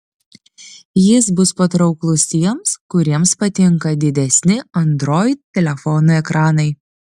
jis bus patrauklus tiems kuriems patinka didesni android telefonų ekranai